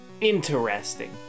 interesting